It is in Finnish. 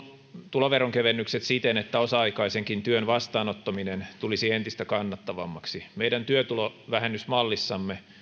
tuloveronkevennykset siten että osa aikaisenkin työn vastaanottaminen tulisi entistä kannattavammaksi meidän työtulovähennysmallissamme